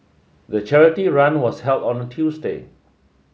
the charity run was held on a Tuesday